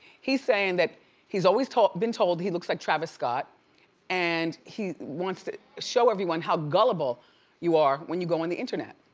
he's saying that he's always been told he looks like travis scott and he wants to show everyone how gullible you are when you go on the internet.